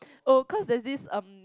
oh cause there's this um